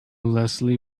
leslie